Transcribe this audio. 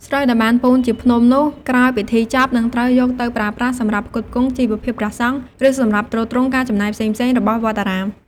ស្រូវដែលបានពូនជាភ្នំនោះ ក្រោយពិធីចប់ នឹងត្រូវយកទៅប្រើប្រាស់សម្រាប់ផ្គត់ផ្គង់ជីវភាពព្រះសង្ឃ ឬសម្រាប់ទ្រទ្រង់ការចំណាយផ្សេងៗរបស់វត្តអារាម។